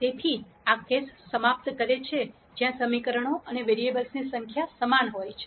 તેથી તે કેસ સમાપ્ત કરે છે જ્યાં સમીકરણો અને વેરીએબલ્સની સંખ્યા સમાન હોય છે